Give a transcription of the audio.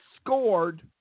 scored